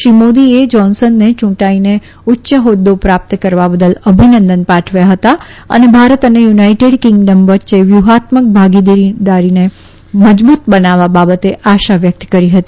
શ્રી મોદીએ જાન્શનને ચુંટાઈને ઉચ્ચ હોદૃ પ્રાપ્ત કરવા બદલ અભિનંદન પાઠવ્યા હતા અને ભારત અને યુનાઈટેડ કિંગડમ વચ્ચે વ્યુહાત્મક ભાગીદારીને મજબુત બનાવવા બાબતે આશા વ્યકત કરી હતી